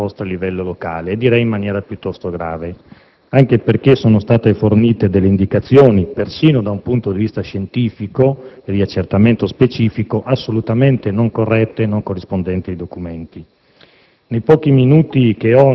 soprattutto delle mancate risposte a livello locale, cosa direi piuttosto grave, anche perché sono state fornite delle indicazioni, perfino da un punto di vista scientifico e di accertamento specifico assolutamente non corrette e non corrispondenti ai documenti.